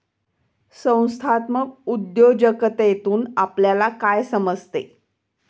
संस्थात्मक उद्योजकतेतून आपल्याला काय समजते?